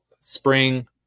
spring